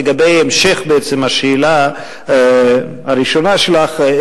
לגבי המשך השאלה הראשונה שלך,